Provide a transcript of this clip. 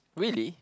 really